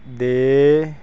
ਦੇ